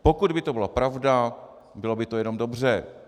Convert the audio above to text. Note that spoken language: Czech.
Pokud by to byla pravda, bylo by to jenom dobře.